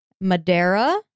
Madeira